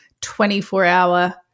24-hour